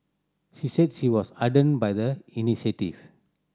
she said she was heartened by the initiative